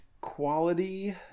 quality